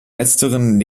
letzteren